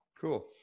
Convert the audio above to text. Cool